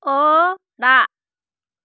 ᱚᱻᱲᱟᱜ